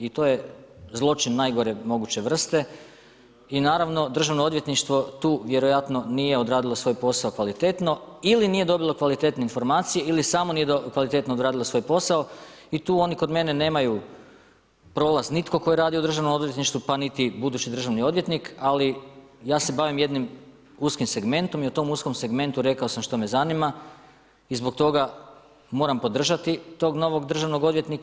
I to je zločin najgore moguće vrste i naravno Državno odvjetništvo tu vjerojatno nije odradilo svoj posao kvalitetno ili nije dobio kvalitetnu informaciju ili samo nije kvalitetno odradilo svoj posao i tu oni kod mene nemaju prolaz nitko tko je radio u Državnom odvjetništvu, pa niti budući državni odvjetnik, ali ja se bavim jednim uskim segmentom i u tom uskom segmentu rekao sam što me zanima i zbog toga, moram podržati tog novog državnog odvjetnika.